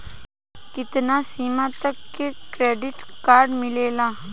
कितना सीमा तक के क्रेडिट कार्ड मिलेला?